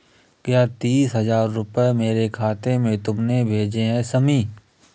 क्या तीस हजार रूपए मेरे खाते में तुमने भेजे है शमी?